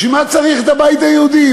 בשביל מה צריך את הבית היהודי?